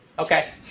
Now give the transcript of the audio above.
ok.